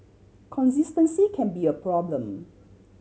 consistency can be a problem